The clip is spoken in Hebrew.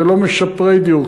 זה לא משפרי דיור,